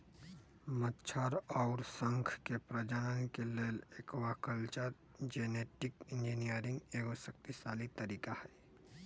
मछर अउर शंख के प्रजनन के लेल एक्वाकल्चर जेनेटिक इंजीनियरिंग एगो शक्तिशाली तरीका हई